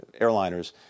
airliners